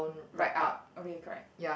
right up okay correct